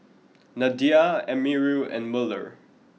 Nadia Amirul and Melur